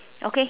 okay